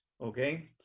okay